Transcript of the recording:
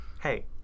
hey